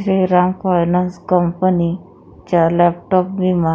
Shriram finance कंपनीच्या laptop विमा